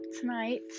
tonight